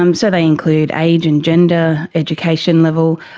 um so they include age and gender, education level,